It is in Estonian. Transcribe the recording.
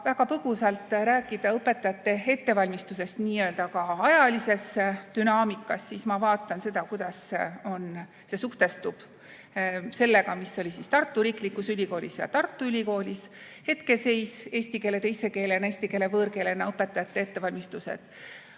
väga põgusalt rääkida õpetajate ettevalmistusest n-ö ajalises dünaamikas, siis ma vaatan seda, kuidas see suhestub sellega, mis oli Tartu Riiklikus Ülikoolis ja on Tartu Ülikoolis, [milline on] hetkeseis eesti keele teise keelena, eesti keele võõrkeelena õpetajate ettevalmistusel,